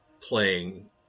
playing